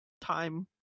time